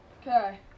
Okay